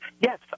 yes